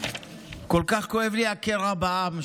כל כך כואב לי הקרע בעם,